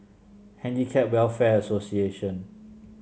Handicap Welfare Association